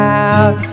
out